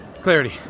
Clarity